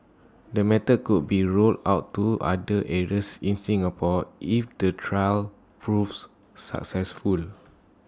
the method could be rolled out to other areas in Singapore if the trial proves successful